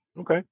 Okay